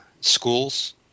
schools –